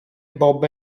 bob